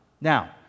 Now